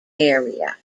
area